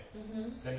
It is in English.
um hmm